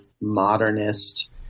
modernist